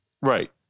Right